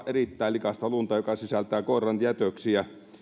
erittäin likaista lunta joka sisältää koiran jätöksiä